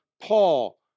Paul